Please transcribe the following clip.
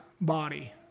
body